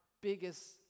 biggest